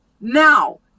now